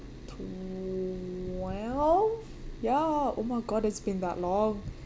twelve ya oh my god it's been that long